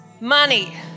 money